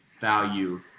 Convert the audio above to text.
value